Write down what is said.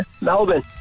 Melbourne